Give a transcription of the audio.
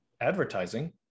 advertising